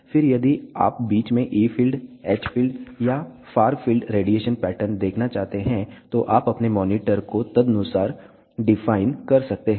फिर यदि आप बीच में E फील्ड H फील्ड या फार फील्ड रेडिएशन पैटर्न देखना चाहते हैं तो आप अपने मॉनिटर को तदनुसार डिफाइन कर सकते हैं